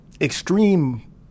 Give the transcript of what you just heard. extreme